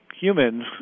humans